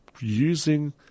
using